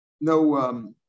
no